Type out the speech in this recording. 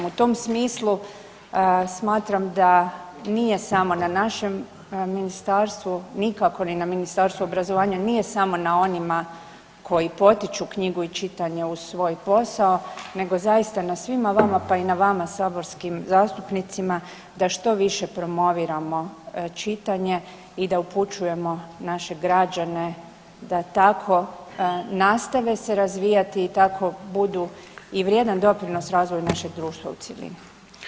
U tom smislu smatram da nije samo na našem ministarstvu, nikako ni na Ministarstvu obrazovanja nije samo na onima koji potiču knjigu i čitanje uz svoj posao nego zaista na svima vama, pa i na vama saborskim zastupnicima da što više promoviramo čitanje i da upućujemo naše građane da tako nastave se razvijati i tako budu i vrijedan doprinos razvoju našeg društva u cijelini.